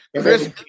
Chris